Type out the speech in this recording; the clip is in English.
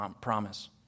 promise